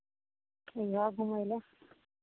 अइहऽ घुमय लेल